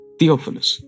Theophilus